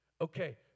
Okay